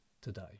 today